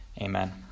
Amen